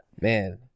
Man